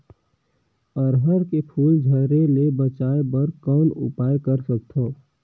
अरहर के फूल झरे ले बचाय बर कौन उपाय कर सकथव?